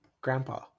Grandpa